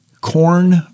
corn